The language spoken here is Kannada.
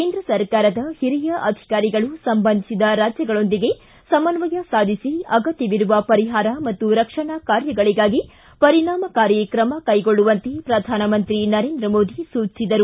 ಕೇಂದ್ರ ಸರ್ಕಾರದ ಹಿರಿಯ ಅಧಿಕಾರಿಗಳು ಸಂಬಂಧಿಸಿದ ರಾಜ್ಯಗಳೊಂದಿಗೆ ಸಮನ್ವಯ ಸಾಧಿಸಿ ಅಗತ್ಯವಿರುವ ಪರಿಹಾರ ಮತ್ತು ರಕ್ಷಣಾ ಕಾರ್ಯಗಳಿಗಾಗಿ ಪರಿಣಾಮಕಾರಿ ಕ್ರಮ ಕೈಗೊಳ್ಳುವಂತೆ ಪ್ರಧಾನಮಂತ್ರಿ ನರೇಂದ್ರ ಮೋದಿ ಸೂಚಿಸಿದರು